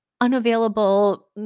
unavailable